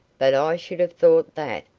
but i should have thought that,